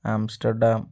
Amsterdam